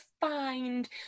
find